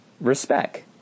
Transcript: Respect